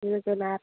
जोगोनार